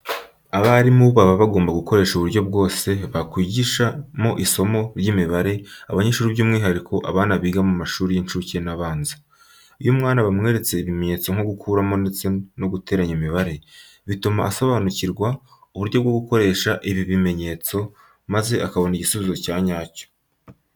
Abarimu baba bagomba gukoresha uburyo bwose bakwigishamo isomo ry'imibare abanyeshuri by'umwihariko abana biga mu mashuri y'incuke n'abanza. Iyo umwana bamweretse ibimenyetso nko gukuramo ndetse no guteranya imibare, bituma asobanukirwa uburyo bwo gukoresha ibi bimenyetso, maze akabona igisubizo cya nyacyo.